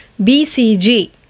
BCG